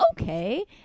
okay